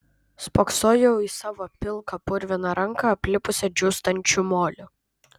spoksojau į savo pilką purviną ranką aplipusią džiūstančių moliu